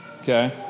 Okay